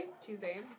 Tuesday